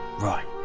Right